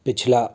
पिछला